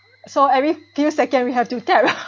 so every few second we have to tap lah